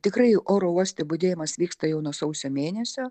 tikrai oro uoste budėjimas vyksta jau nuo sausio mėnesio